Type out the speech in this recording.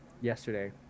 yesterday